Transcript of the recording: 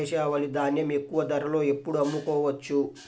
దేశవాలి ధాన్యం ఎక్కువ ధరలో ఎప్పుడు అమ్ముకోవచ్చు?